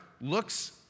looks